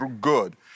Good